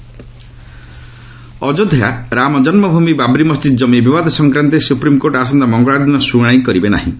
ଅଯୋଧ୍ୟା ଅଯୋଧ୍ୟା ରାମ ଜନ୍ମଭୂମି ବାବ୍ରି ମସଜିଦ୍ କମି ବିବାଦ ସଂକ୍ରାନ୍ତରେ ସୁପ୍ରିମ୍କୋର୍ଟ ଆସନ୍ତା ମଙ୍ଗଳବାର ଦିନ ଶୁଣାଣି କରିବେ ନାହିଁ